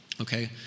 Okay